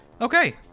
Okay